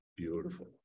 Beautiful